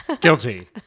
Guilty